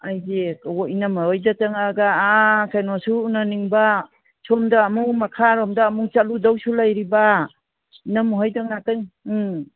ꯑꯩꯁꯦ ꯍꯣ ꯏꯅꯝꯃ ꯍꯣꯏꯗ ꯆꯪꯉꯛꯑꯒ ꯀꯩꯅꯣꯁꯨ ꯎꯅꯅꯤꯡꯕ ꯁꯣꯝꯗ ꯑꯃꯨꯛ ꯃꯈꯥꯔꯣꯝꯗ ꯑꯃꯨꯛ ꯆꯠꯂꯨꯗꯧꯁꯨ ꯂꯩꯔꯤꯕ ꯏꯅꯝꯃ ꯍꯣꯏꯗ ꯉꯥꯏꯍꯥꯛꯇꯪ ꯎꯝ